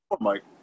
Mike